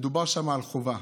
מדובר שם על חובה: